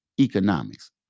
economics